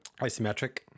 Isometric